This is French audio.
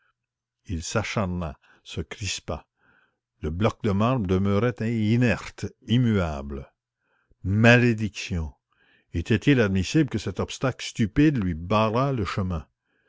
il s'acharna se crispa le bloc de marbre demeurait inerte immuable malédiction était-il admissible que cet obstacle stupide lui barrât le chemin